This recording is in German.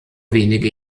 wenige